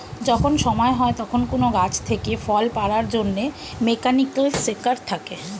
যখন সময় হয় তখন কোন গাছ থেকে ফল পাড়ার জন্যে মেকানিক্যাল সেকার থাকে